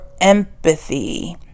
empathy